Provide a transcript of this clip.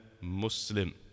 Muslim